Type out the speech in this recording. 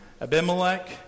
Abimelech